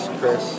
Chris